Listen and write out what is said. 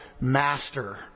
master